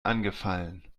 angefallen